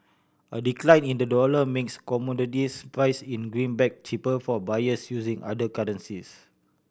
a decline in the dollar makes commodities priced in the greenback cheaper for buyers using other currencies